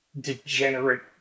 degenerate